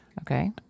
Okay